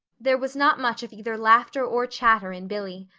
there was not much of either laughter or chatter in billy.